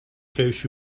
case